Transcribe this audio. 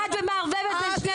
פוגעת ומערבבת בין שני דברים.